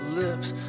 lips